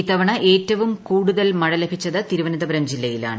ഇത്തവണ ഏറ്റവും കൂടുതൽ മഴ ലഭിച്ചത് തീരുവന്ന്തപുരം ജില്ലയിലാണ്